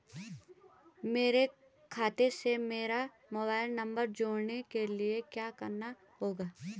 मेरे खाते से मेरा मोबाइल नम्बर जोड़ने के लिये क्या करना होगा?